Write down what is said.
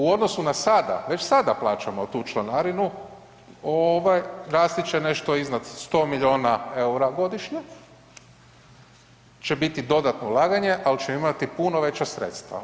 U odnosu na sada, već sada plaćamo tu članarinu ovaj, rasti će nešto iznad 100 milijuna EUR-a godišnje, će biti dodatno ulaganje, al ćemo imati puno veća sredstva.